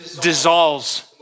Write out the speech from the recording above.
dissolves